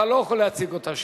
אתה לא יכול להציג אותה שוב.